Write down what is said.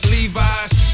Levi's